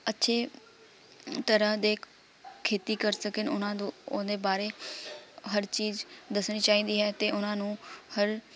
ਅੱਛੇ ਤਰ੍ਹਾਂ ਦੇ ਖੇਤੀ ਕਰ ਸਕਣ ਉਹਨਾਂ ਨੂੰ ਉਹਦੇ ਬਾਰੇ ਹਰ ਚੀਜ਼ ਦੱਸਣੀ ਚਾਹੀਦੀ ਹੈ ਅਤੇ ਉਹਨਾਂ ਨੂੰ ਹਰ